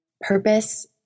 Purpose